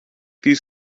these